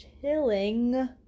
chilling